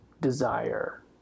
desire